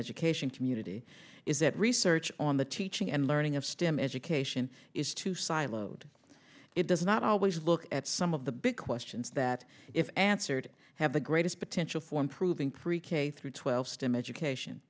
education community is that research on the teaching and learning of stem education is too siloed it does not always look at some of the big questions that if answered have the greatest potential for improving pre k through twelve stim education